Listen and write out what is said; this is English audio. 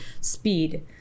speed